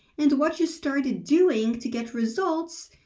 and what you started doing to get results,